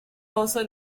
also